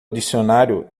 dicionário